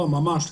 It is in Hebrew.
ממש לא.